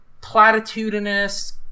platitudinous